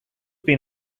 been